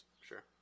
Sure